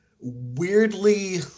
weirdly